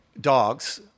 dogs